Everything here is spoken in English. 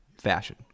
fashion